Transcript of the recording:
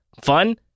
Fun